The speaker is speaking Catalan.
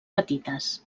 petites